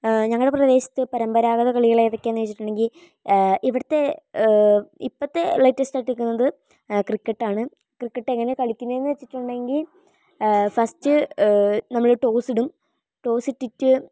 ഞങ്ങളുടെ പ്രദേശത്തെ പരമ്പരാഗത കളികൾ ഏതൊക്കെയാണെന്ന് ചോദിച്ചിട്ടുണ്ടെങ്കിൽ ഇവിടുത്തെ ഇപ്പോഴത്തെ ലേറ്റസ്റ്റ് ആയിട്ടു നിൽക്കുന്നത് ക്രിക്കറ്റ് ആണ് ക്രിക്കറ്റ് എങ്ങനെയാ കളിക്കുന്നത് എന്നു വെച്ചിട്ടുണ്ടെങ്കിൽ ഫസ്റ്റ് നമ്മൾ ടോസ്സ് ഇടും ടോസ്സ് ഇട്ടിട്ടു